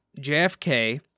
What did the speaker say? JFK